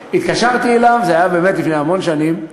התקשרתי אליו, זה היה באמת לפני המון שנים,